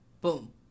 boom